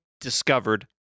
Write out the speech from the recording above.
discovered